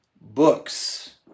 books